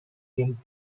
game